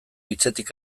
hitzetik